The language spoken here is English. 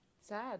sad